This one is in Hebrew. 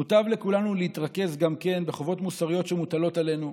מוטב לכולנו להתרכז גם בחובות מוסריות שמוטלות עלינו,